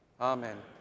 Amen